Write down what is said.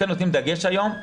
וכן נותנים דגש היום.